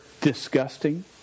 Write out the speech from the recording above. disgusting